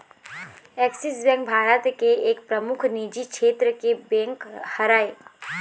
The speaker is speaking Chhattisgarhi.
ऐक्सिस बेंक भारत के एक परमुख निजी छेत्र के बेंक हरय